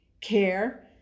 care